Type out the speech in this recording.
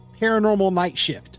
ParanormalNightShift